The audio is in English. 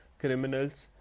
criminals